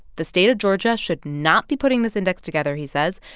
the state of georgia should not be putting this index together, he says.